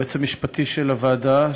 ליועץ המשפטי של הוועדה,